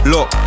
Look